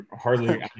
hardly